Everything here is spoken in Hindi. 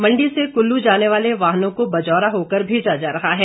मंडी से कुल्लू जाने वाले वाहनों को बजौरा होकर भेजा जा रहा है